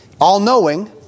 all-knowing